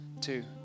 two